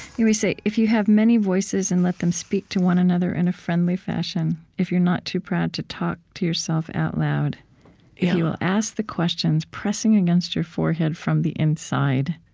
you say, if you have many voices and let them speak to one another in a friendly fashion, if you're not too proud to talk to yourself out loud, if you will ask the questions pressing against your forehead from the inside,